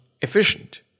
efficient